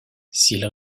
s’ils